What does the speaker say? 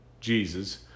Jesus